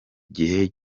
gihe